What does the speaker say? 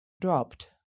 dropped